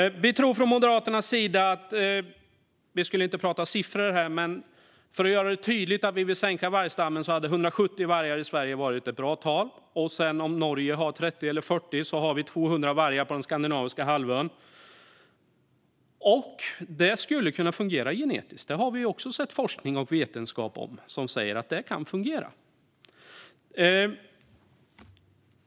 Vi skulle inte prata siffror här, men låt mig göra det tydligt varför vi moderater vill sänka vargstammen. 170 vargar i Sverige hade varit ett bra tal. Om sedan Norge har 30 eller 40 har vi 200 vargar på den skandinaviska halvön. Det skulle kunna fungera genetiskt. Vi har sett forskning och vetenskap som säger att det kan fungera.